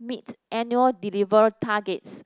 meet annual delivery targets